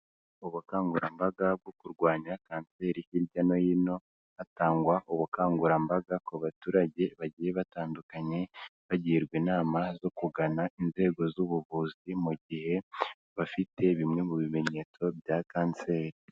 Ubukangurambaga bwo kurwanya kanseri hirya no hino, hatangwa ubukangurambaga ku baturage bagiye batandukanye, bagirwa inama zo kugana inzego z'ubuvuzi mu gihe bafite bimwe mu bimenyetso bya kanseri.